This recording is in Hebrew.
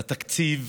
לתקציב